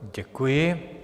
Děkuji.